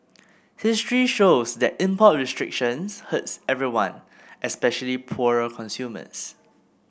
history shows that import restrictions hurts everyone especially poorer consumers